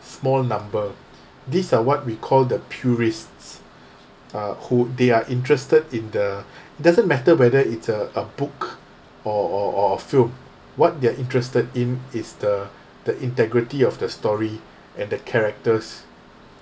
small number these are what we call the purists uh who they are interested in the it doesn't matter whether it's a a book or or or film what they're interested in is the the integrity of the story and the characters